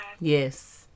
Yes